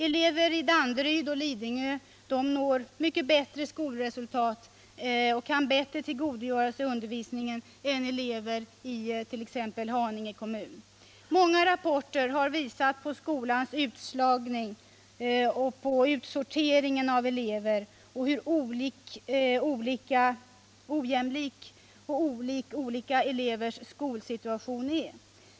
Elever i Danderyd och Lidingö når bättre skolresultat och kan bättre tillgodogöra sig undervisningen än elever i t.ex. Haninge kommun. Många rapporter har pekat på skolans utslagning och utsortering av elever och på hur ojämlik olika elevers skolsituation är.